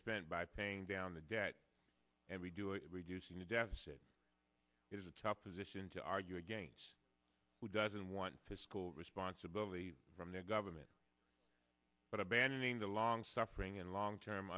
spent by paying down the debt and we do it reducing the deficit is a tough position to argue against who doesn't want fiscal responsibility from their government but abandoning the long suffering and long term